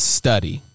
study